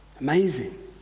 Amazing